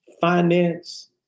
finance